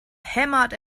hämmert